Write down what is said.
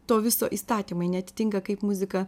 to viso įstatymai neatitinka kaip muzika